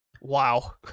Wow